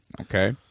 Okay